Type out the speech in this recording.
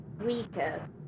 weaker